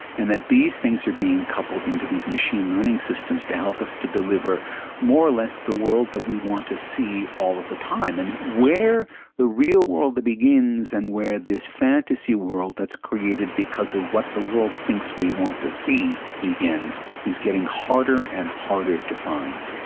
and that these things are being coupled into these machine learning systems to help us to deliver more or less the world that we want to see all of the time. and where the real world begins and where this fantasy world that's created because of what the world thinks we want to see begins is getting harder and harder to find.